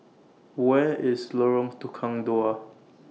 Where IS Lorong Tukang Dua